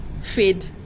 feed